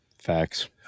Facts